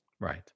Right